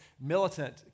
militant